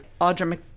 Audra